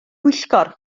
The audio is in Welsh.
pwyllgor